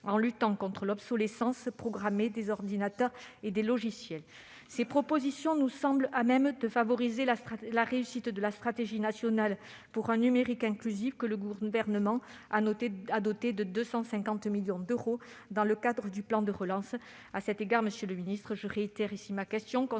en luttant contre l'obsolescence programmée des ordinateurs et des logiciels. Ces propositions nous semblent à même de favoriser la réussite de la stratégie nationale pour un numérique inclusif, que le Gouvernement a dotée de 250 millions d'euros dans le cadre du plan de relance. À cet égard, monsieur le secrétaire d'État, je réitère ma question